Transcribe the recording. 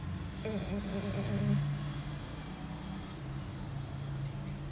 mm mm mm mm mm